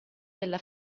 della